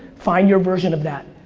find your version of that,